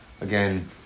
again